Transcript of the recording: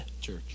church